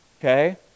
Okay